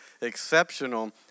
exceptional